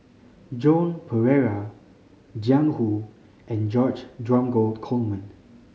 Joan Pereira Jiang Hu and George Dromgold Coleman